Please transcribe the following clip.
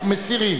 מסירים.